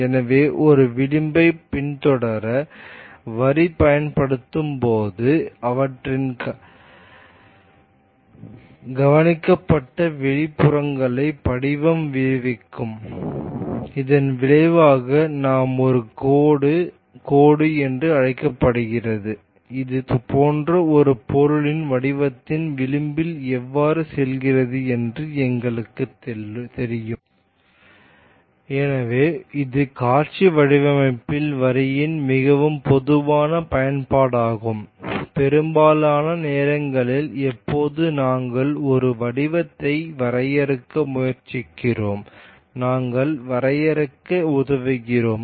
எனவே ஒரு விளிம்பைப் பின்தொடர வரி பயன்படுத்தப்படும்போது அவற்றின் கவனிக்கப்பட்ட வெளிப்புறங்களை படிவம் விவரிக்கும் இதன் விளைவாக ஒரு கோடு கோடு என்று அழைக்கப்படுகிறது இது போன்றது ஒரு பொருளின் வடிவத்தின் விளிம்பில் எவ்வாறு செல்கிறது என்பது எங்களுக்கு தெரியும் எனவே இது காட்சி வடிவமைப்பில் வரியின் மிகவும் பொதுவான பயன்பாடாகும் பெரும்பாலான நேரங்களில் எப்போது நாங்கள் ஒரு வடிவத்தை வரையறுக்க முயற்சிக்கிறோம் நாங்கள் வரையறைக்கு உதவுகிறோம்